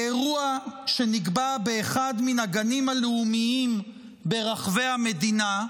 באירוע שנקבע באחד מן הגנים הלאומיים ברחבי המדינה,